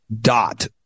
dot